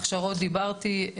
הכשרות דיברתי.